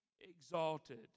exalted